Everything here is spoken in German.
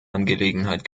angelegenheit